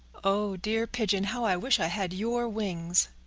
oh, dear pigeon, how i wish i had your wings!